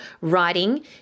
writing